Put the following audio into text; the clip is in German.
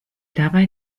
dabei